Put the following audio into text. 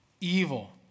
Evil